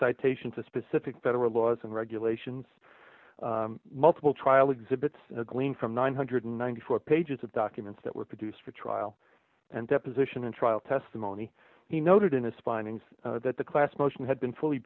citation to specific federal laws and regulations multiple trial exhibits to glean from nine hundred and ninety four pages of documents that were produced for trial and deposition and trial testimony he noted in a spy means that the class motion had been fully